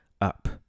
up